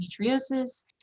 endometriosis